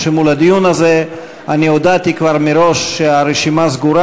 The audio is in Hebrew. ואני הודעתי כבר מראש שהרשימה סגורה